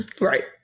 right